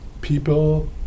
People